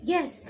Yes